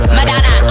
Madonna